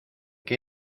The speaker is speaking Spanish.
que